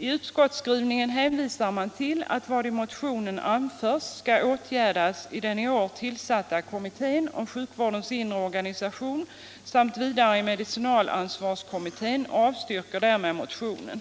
I utskottsskrivningen hänvisar man till att vad i motionen anförts skall åtgärdas i den i år tillsatta kommittén om sjukvårdens inre organisation samt vidare i medicinalansvarskommittén, och avstyrker därmed motionen.